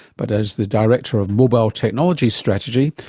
but as the director of mobile technology strategy,